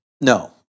No